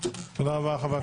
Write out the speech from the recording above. תודה רבה לחבר הכנסת פרוש.